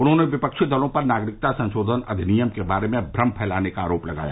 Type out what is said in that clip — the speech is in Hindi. उन्होंने विपक्षी दलों पर नागरिकता संशोधन अधिनियम के बारे में भ्रम फैलाने का आरोप लगाया